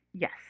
Yes